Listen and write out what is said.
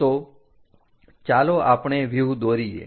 તો ચાલો આપણે વ્યુહ દોરીએ